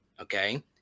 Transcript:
Okay